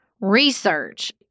research